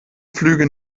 flüge